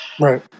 Right